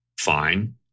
fine